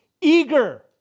Eager